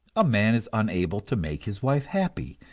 a man is unable to make his wife happy,